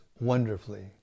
wonderfully